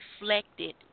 reflected